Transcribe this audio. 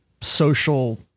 social